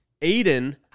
Aiden